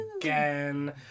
again